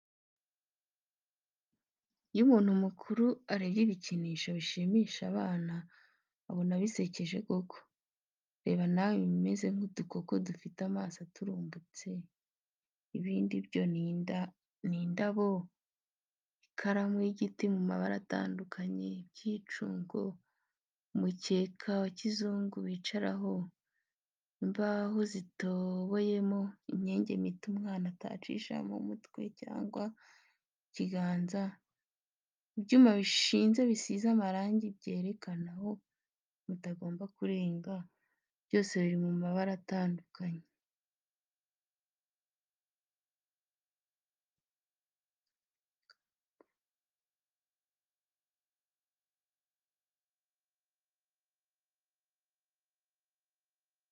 Iyo umuntu mukuru arebye ibikinisho bishimisha abana abona bisekeje koko, reba nawe ibimeze nk'udukoko dufite amaso aturumbutse, ibindi byo ni indabo, ikaramu y'igiti mu mabara atandukanye, ibyicungo, umukeka wa kizungu bicaraho, imbaho zitoboyemo imyenge mito umwana atacishamo umutwe cyangwa ikiganza, ibyuma bishinze bisize amarangi byerekana aho mutagomba kurenga, byose biri mu mabara atandukanye.